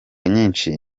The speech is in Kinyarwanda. nyinshi